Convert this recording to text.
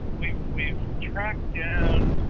we've we've tracked down